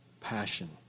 passion